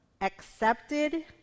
accepted